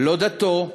לא דתו,